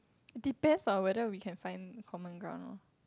depends on whether we can find common ground or not